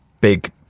big